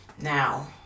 now